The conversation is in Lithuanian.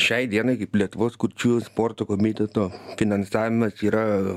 šiai dienai kaip lietuvos kurčiųjų sporto komiteto finansavimas yra